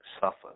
suffer